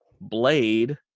Blade